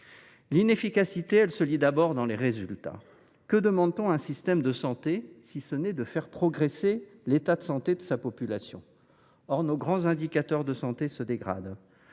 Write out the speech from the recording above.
L’inefficacité se lit d’abord dans les résultats. Que demande t on à un système de santé, si ce n’est de faire progresser l’état de santé de sa population ? Or nos grands indicateurs de santé se dégradent.